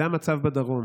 זה המצב בדרום.